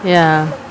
ya